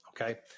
Okay